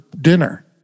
dinner